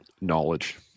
knowledge